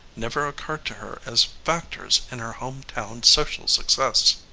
never occurred to her as factors in her home-town social success.